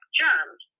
germs